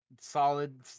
Solid